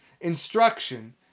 instruction